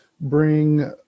bring